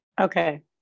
Okay